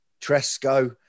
Tresco